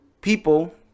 people